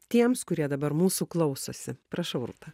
tiems kurie dabar mūsų klausosi prašau rūta